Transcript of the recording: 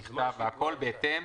נכתב: "והכול בהתאם